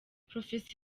prof